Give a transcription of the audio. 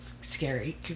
scary